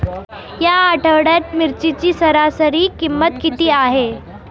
या आठवड्यात मिरचीची सरासरी किंमत किती आहे?